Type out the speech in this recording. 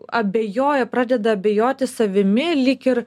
abejoja pradeda abejoti savimi lyg ir